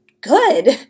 good